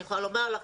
אני יכולה לומר לך,